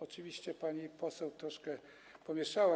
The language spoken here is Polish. Oczywiście pani poseł troszkę to pomieszała.